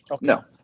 No